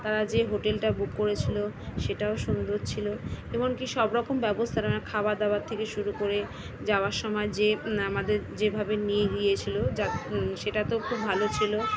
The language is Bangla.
তারা যে হোটেলটা বুক করেছিল সেটাও সুন্দর ছিল এমনকি সবরকম ব্যবস্থাটা মানে খাওয়াদাওয়ার থেকে শুরু করে যাওয়ার সময় যে আমাদের যেভাবে নিয়ে গিয়েছিল যা সেটা তো খুব ভালো ছিল